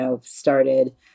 started